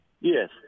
Yes